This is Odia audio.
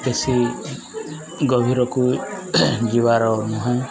ବେଶୀ ଗଭୀରକୁ ଯିବାର ନୁହେଁ